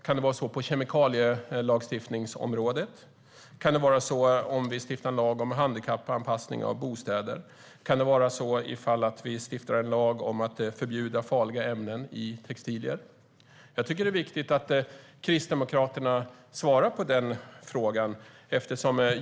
Kan det vara så på kemikalielagstiftningsområdet? Kan det vara så om vi stiftar en lag om handikappanpassning av bostäder? Kan det vara så ifall vi stiftar en lag om att förbjuda farliga ämnen i textilier? Jag tycker att det är viktigt att Kristdemokraterna svarar på det.